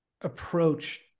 approach